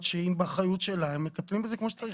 שהם באחריות שלה הם מטפלים בזה כמו שצריך.